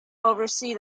oversee